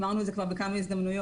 אמרנו את זה כבר בכמה הזדמנויות.